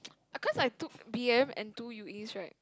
I can't like took b_m and two u_e right